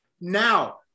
now